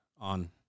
on